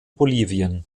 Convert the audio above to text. bolivien